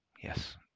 yes